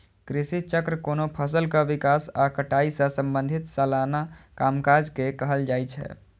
कृषि चक्र कोनो फसलक विकास आ कटाई सं संबंधित सलाना कामकाज के कहल जाइ छै